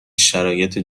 شرایط